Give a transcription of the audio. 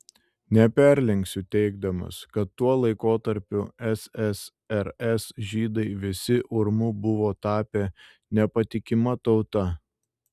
neperlenksiu teigdamas kad tuo laikotarpiu ssrs žydai visi urmu buvo tapę nepatikima tauta